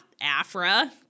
Afra